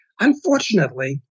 unfortunately